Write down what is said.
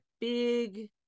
big